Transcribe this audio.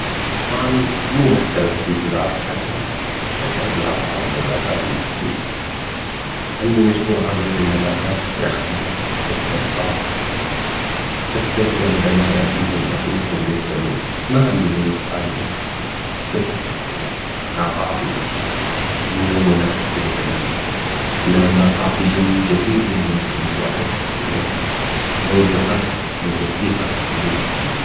أني مو محترف في زراعة الحدائق بس أحب أزرع بعض النباتات البسيطة، عندي مجموعة من النباتات الداخلية مثل الصبار، أستمتع بالعناية فيهم وأشوفهم يكبرون، ما عندي ورود حالياً بس أفكر أزرع بعض الأزهار الملونة في الحديقة، النباتات تعطي جو جميل للمنزل وأحب الشرو- الشعور بالراحة اللي تنطيها الوجود الحديقة.